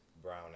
Brown